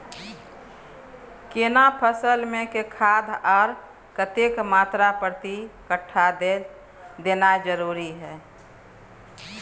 केना फसल मे के खाद आर कतेक मात्रा प्रति कट्ठा देनाय जरूरी छै?